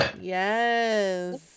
Yes